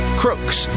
crooks